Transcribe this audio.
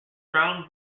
crown